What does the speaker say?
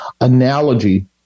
analogy